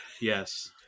yes